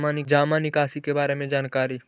जामा निकासी के बारे में जानकारी?